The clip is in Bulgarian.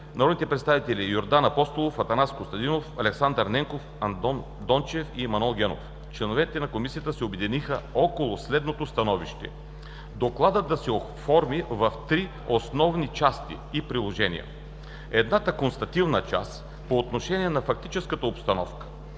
народните представители Йордан Апостолов, Атанас Костадинов, Александър Ненков, Андон Дончев и Манол Генов, членовете на Комисията се обединиха около следното становище: Докладът да се оформи в три основни части и приложенията: едната констативна част по отношение на фактическата обстановката;